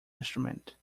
instrument